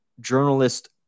journalist